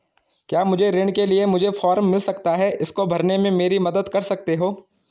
क्या मुझे ऋण के लिए मुझे फार्म मिल सकता है इसको भरने में मेरी मदद कर सकते हो?